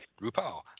Rupaul